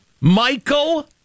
Michael